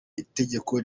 itegeko